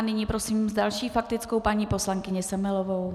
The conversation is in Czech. Nyní prosím s další faktickou paní poslankyni Semelovou.